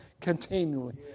continually